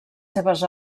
seves